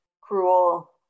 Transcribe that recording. cruel